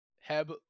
heb